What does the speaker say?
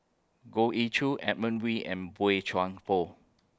Goh Ee Choo Edmund Wee and Boey Chuan Poh